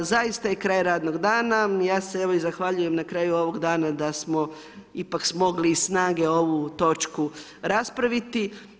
Zaista je kraj radnog dana, ja se zahvaljujem na kraju radnog dana, da smo ipak smogli i snage ovu točku raspraviti.